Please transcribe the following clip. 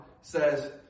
says